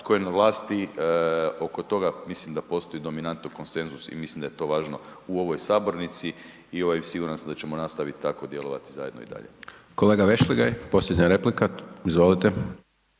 tko je na vlasti, oko toga mislim da postoji dominantno konsenzus i mislim da je to važno u ovoj sabornici i ovaj siguran sam da ćemo nastavit tako djelovati zajedno i dalje. **Hajdaš Dončić, Siniša (SDP)** Kolega Vešligaj, posljednja replika, izvolite.